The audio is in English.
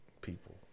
people